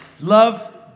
Love